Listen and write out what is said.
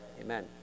Amen